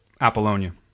Apollonia